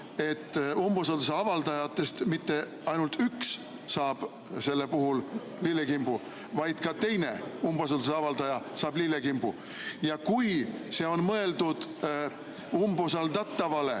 et umbusalduse avaldajatest mitte ainult üks ei saa sellel puhul lillekimbu, vaid ka teine umbusalduse avaldaja saab lillekimbu. Ja kui see on mõeldud umbusaldatavale,